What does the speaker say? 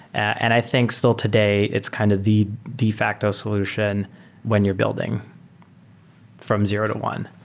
and i think, still today, it's kind of the de facto solution when you're building from zero to one.